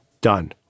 Done